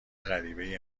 غریبهای